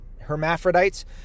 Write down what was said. hermaphrodites